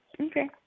Okay